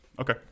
Okay